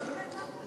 והוא ייתן לך.